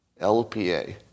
LPA